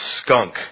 skunk